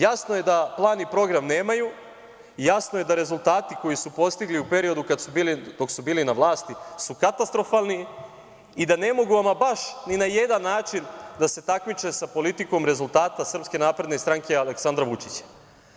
Jasno je da plan i program nemaju, jasno je da rezultati koje su postigli u periodu dok su bili na vlasti su katastrofalni i da ne mogu ama baš ni na jedan način da se takmiče sa politikom rezultata SNS i Aleksandra Vučića.